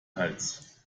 hals